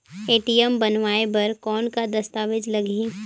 ATM बनवाय बर कौन का दस्तावेज लगही?